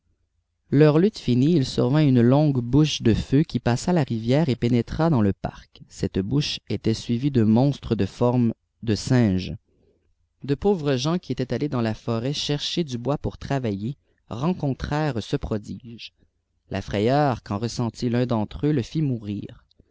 leur lutte finie il survint une longue bouche de feu qui passa la rivière et pénétra dans le sirc œttej ouche était suivie de monstres de forme de singe e pauvres gens qui étaient allés dans la forêt chercher du bois poufctrawiller rencontrèrent ce prodige la frayeur qu'en ressentit l'un d'entre eux le fit mourir